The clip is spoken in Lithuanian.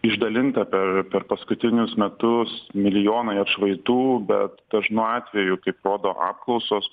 išdalinta per per paskutinius metus milijonai atšvaitų bet dažnu atveju kaip rodo apklausos